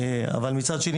אבל מצד שני,